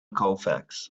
colfax